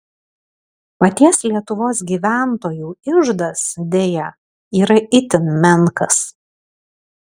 paties lietuvos gyventojų iždas deja yra itin menkas